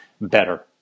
better